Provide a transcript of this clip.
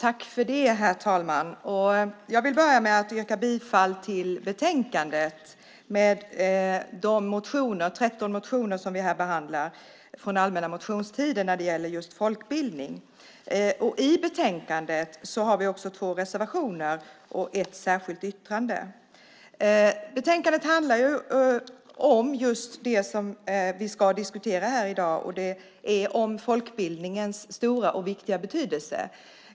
Herr talman! Jag vill börja med att yrka bifall till förslaget i betänkandet med de 13 motioner som vi har behandlat från den allmänna motionstiden om folkbildningen. Till betänkandet finns två reservationer och ett särskilt yttrande. Betänkandet handlar om just det som vi ska diskutera i dag, nämligen folkbildningens stora och viktiga betydelse.